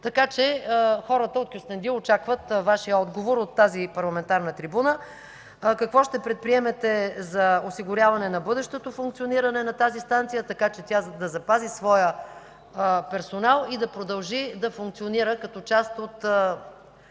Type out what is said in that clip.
така че хората от Кюстендил очакват Вашия отговор от тази парламентарна трибуна. Какво ще предприемете за осигуряване на бъдещото функциониране на тази станция, така че тя да запази своя персонал и да продължи да функционира като част от